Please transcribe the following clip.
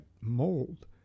mold